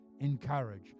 encourage